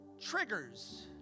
triggers